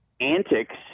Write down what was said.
antics